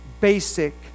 basic